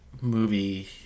movie